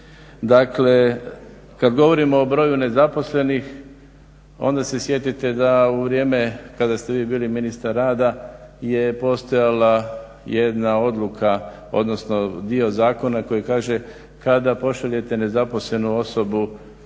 dakle kad govorimo o broju nezaposlenih onda se sjetite kada ste vi bili ministar rada je postojala jedna odluka odnosno dio zakona koji kaže kada pošaljete nezaposlenu osobu